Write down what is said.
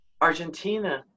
Argentina